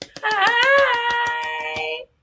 Hi